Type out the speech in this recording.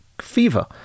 fever